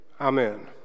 Amen